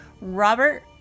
Robert